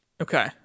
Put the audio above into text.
Okay